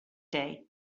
day